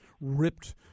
ripped